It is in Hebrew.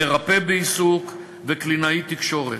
מרפא בעיסוק וקלינאי תקשורת,